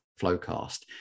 Flowcast